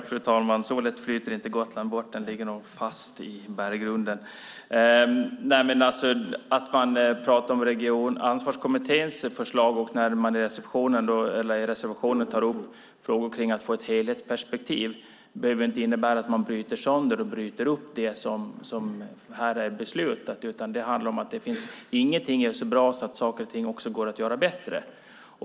Fru talman! Så lätt flyter inte Gotland bort. Det ligger nog fast i berggrunden. Att man talar om Ansvarskommitténs förslag och att man i reservationer tar upp frågor om att få ett helhetsperspektiv behöver inte innebära att man bryter sönder och bryter upp det som här är beslutat. Ingenting är så bra att det inte kan bli bättre.